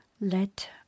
Let